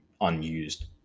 unused